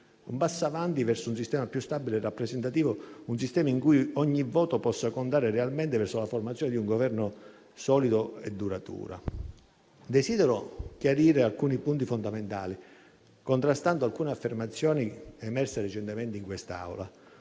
un passo avanti verso un sistema più stabile e rappresentativo, un sistema in cui ogni voto possa contare realmente verso la formazione di un Governo solido e duraturo. Desidero chiarire alcuni punti fondamentali, contrastando talune affermazioni emerse recentemente in quest'Aula.